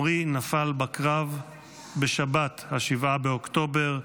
עמרי נפל בקרב בשבת 7 באוקטובר,